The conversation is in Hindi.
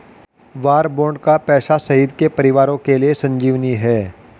वार बॉन्ड का पैसा शहीद के परिवारों के लिए संजीवनी है